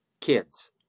kids